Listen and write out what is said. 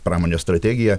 pramonės strategiją